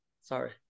sorry